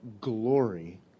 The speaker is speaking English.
glory